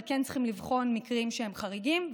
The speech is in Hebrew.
אבל כן צריכים לבחון מקרים שהם חריגים.